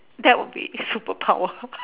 that would be super power